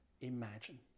imagine